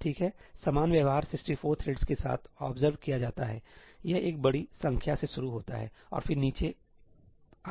ठीक है समान व्यवहार 64 थ्रेड्स के साथ ऑब्जर्व किया जाता हैयह एक बड़ी संख्या से शुरू होता है और फिर नीचे